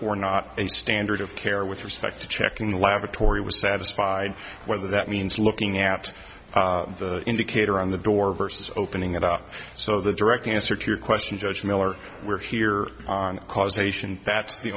or not a standard of care with respect to checking the laboratory was satisfied whether that means looking at the indicator on the door versus opening it up so the direct answer to your question judge miller we're here on causation that's the